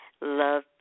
Love